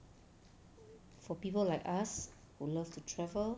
for people like us who love to travel